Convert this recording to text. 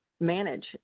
manage